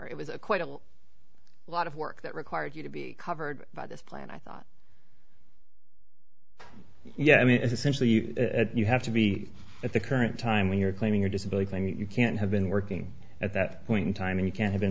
or it was a quite a lot of work that required you to be covered by this plan i thought yeah i mean essentially you have to be at the current time when you're claiming your disability thing you can't have been working at that point in time you can't have been